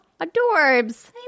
adorbs